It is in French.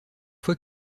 fois